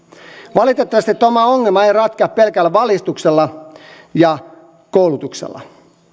valitettavasti tämä ongelma ei ratkea pelkällä valistuksella ja koulutuksella